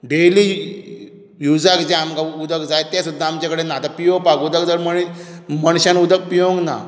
daily युजाक जें आमकां उदक जाय तें सुद्दां आमचे कडेन ना आतां पियेवपाक उदक जर मणी मनशान उदक पिवोंक ना